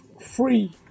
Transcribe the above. free